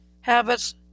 habits